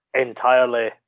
entirely